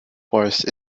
force